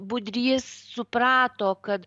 budrys suprato kad